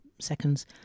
seconds